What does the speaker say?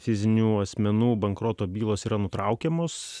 fizinių asmenų bankroto bylos yra nutraukiamos